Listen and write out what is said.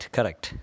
Correct